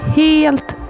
helt